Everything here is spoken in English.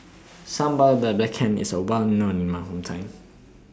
Sambal Belacan IS Well known in My Hometown